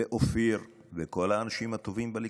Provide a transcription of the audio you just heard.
אופיר וכל האנשים הטובים בליכוד,